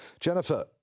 Jennifer